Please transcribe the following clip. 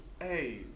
Hey